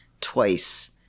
twice